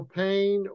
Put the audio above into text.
pain